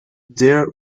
their